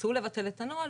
שרצו לבטל את הנוהל,